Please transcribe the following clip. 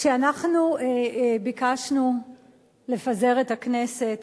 כשאנחנו ביקשנו לפזר את הכנסת